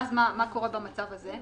ואז מה קורה במצב הזה?